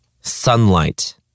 Sunlight